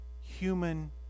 human